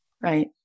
Right